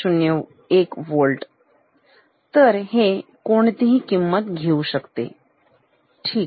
001वोल्टतर ते कोणतीही किंमत घेऊ शकतेठीक